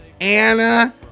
Anna